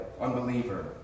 unbeliever